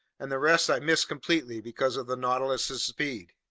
and the rest i missed completely because of the nautilus's speed.